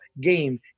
game